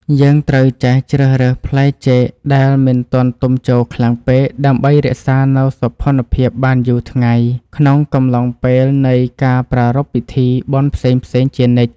យើងត្រូវចេះជ្រើសរើសផ្លែចេកដែលមិនទាន់ទុំជោរខ្លាំងពេកដើម្បីរក្សានូវសោភ័ណភាពបានយូរថ្ងៃក្នុងកំឡុងពេលនៃការប្រារព្ធពិធី បុណ្យផ្សេងៗជានិច្ច។